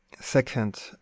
Second